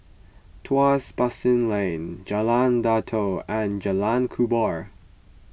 Tuas Basin Lane Jalan Datoh and Jalan Kubor